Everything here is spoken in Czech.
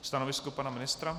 Stanovisko pana ministra?